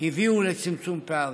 הביאו לצמצום פערים.